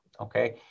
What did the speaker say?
Okay